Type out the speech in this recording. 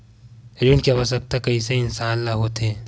ऋण के आवश्कता कइसे इंसान ला होथे?